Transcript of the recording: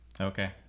Okay